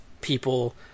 people